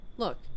Look